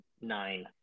Nine